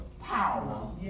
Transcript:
power